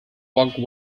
wagga